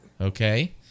Okay